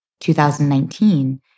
2019